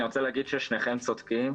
אני רוצה להגיד ששניכם צודקים.